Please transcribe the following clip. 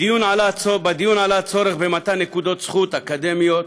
בדיון עלה הצורך במתן נקודות זכות אקדמיות